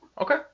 Okay